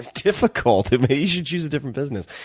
difficult. maybe you should choose a different business.